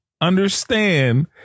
understand